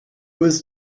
was